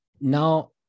Now